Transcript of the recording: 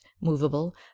movable